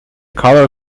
colour